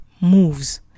moves